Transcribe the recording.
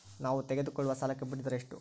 ನಾವು ತೆಗೆದುಕೊಳ್ಳುವ ಸಾಲಕ್ಕೆ ಬಡ್ಡಿದರ ಎಷ್ಟು?